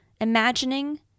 imagining